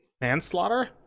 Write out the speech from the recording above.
Manslaughter